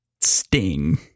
sting